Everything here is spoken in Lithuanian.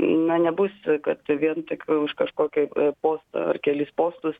na nebus kad vien tik už kažkokį postą ar kelis postus